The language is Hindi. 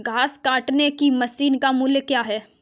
घास काटने की मशीन का मूल्य क्या है?